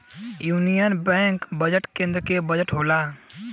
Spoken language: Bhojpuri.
यूनिअन बजट केन्द्र के बजट होला